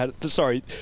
Sorry